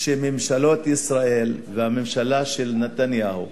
שממשלות ישראל והממשלה של נתניהו